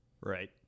Right